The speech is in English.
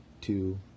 two